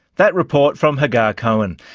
that report from hagar cohen.